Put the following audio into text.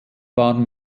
waren